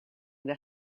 that